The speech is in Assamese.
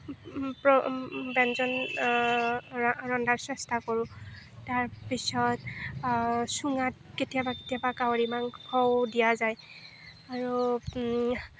ব্যঞ্জন ৰন্ধাৰ চেষ্টা কৰোঁ তাৰ পিছত চুঙাত কেতিয়াবা কেতিয়াবা গাহৰি মাংসও দিয়া যায় আৰু